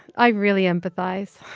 i really empathize.